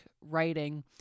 writing